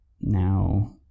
now